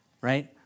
right